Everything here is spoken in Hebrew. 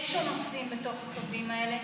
יש עומסים בתוך הקווים האלה.